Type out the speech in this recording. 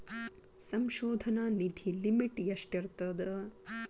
ಸಂಶೋಧನಾ ನಿಧಿ ಲಿಮಿಟ್ ಎಷ್ಟಿರ್ಥದ